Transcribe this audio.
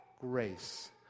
grace